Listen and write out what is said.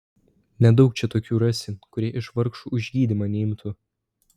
nedaug čia tokių rasi kurie iš vargšų už gydymą neimtų